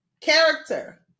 Character